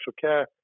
care